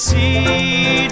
see